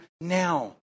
now